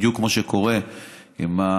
בדיוק כמו שקורה עם,